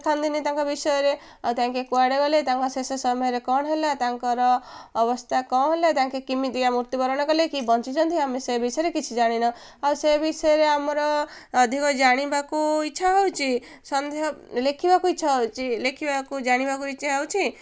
ଦେଖାନ୍ତିନି ତାଙ୍କ ବିଷୟରେ ଆଉ ତାଙ୍କେ କୁଆଡ଼େ ଗଲେ ତାଙ୍କ ଶେଷ ସମୟରେ କ'ଣ ହେଲା ତାଙ୍କର ଅବସ୍ଥା କ'ଣ ହେଲା ତାଙ୍କେ କେମିତିଆ ମୃତ୍ୟୁବରଣ କଲେ କି ବଞ୍ଚିଛନ୍ତି ଆମେ ସେ ବିଷୟରେ କିଛି ଜାଣିନାହୁଁ ଆଉ ସେ ବିଷୟରେ ଆମର ଅଧିକ ଜାଣିବାକୁ ଇଚ୍ଛା ହେଉଛି ଲେଖିବାକୁ ଇଚ୍ଛା ହେଉଛି ଲେଖିବାକୁ ଜାଣିବାକୁ ଇଚ୍ଛା ହେଉଛି